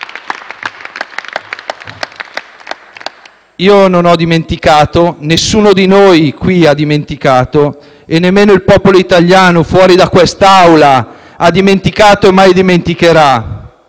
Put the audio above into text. Io non ho dimenticato, nessuno di noi qui ha dimenticato e nemmeno il popolo italiano fuori da quest'Aula ha dimenticato e mai dimenticherà: